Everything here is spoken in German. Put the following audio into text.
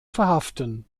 verhaften